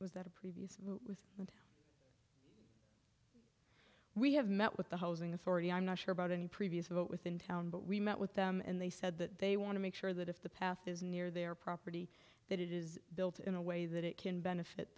like previous move with we have met with the housing authority i'm not sure about any previous vote within town but we met with them and they said that they want to make sure that if the path is near their property that it is built in a way that it can benefit